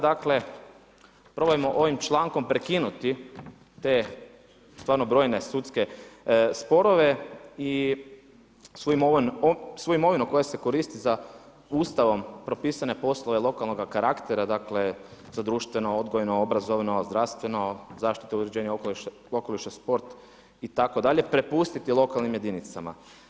Dakle probajmo ovim člankom prekinuti te stvarno brojne sudske sporove i svu imovinu koja se koristi za Ustavom propisane poslove lokalnog karaktera, dakle za društveno, odgojno, obrazovno, zdravstveno, zaštita i uređenja okoliša, sport itd. prepustiti lokalnim jedinicama.